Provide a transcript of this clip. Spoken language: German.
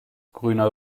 grüner